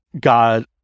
God